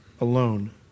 alone